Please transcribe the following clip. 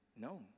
no